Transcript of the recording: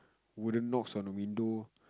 wooden knocks on the window